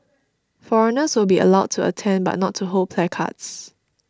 foreigners will be allowed to attend but not to hold placards